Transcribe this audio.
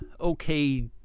okay